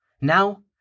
Now